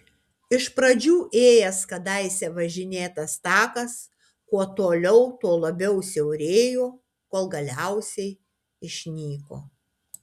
iš pradžių ėjęs kadaise važinėtas takas kuo toliau tuo labiau siaurėjo kol galiausiai išnyko